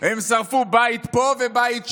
הם שרפו בית פה ובית שם,